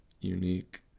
unique